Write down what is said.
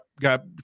got